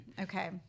Okay